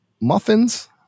muffins